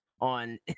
on